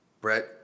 Brett